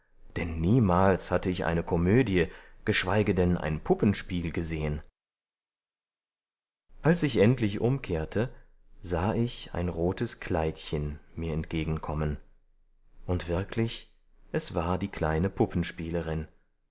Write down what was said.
denn niemals hatte ich eine komödie geschweige denn ein puppenspiel gesehen als ich endlich umkehrte sah ich ein rotes kleidchen mir entgegenkommen und wirklich es war die kleine puppenspielerin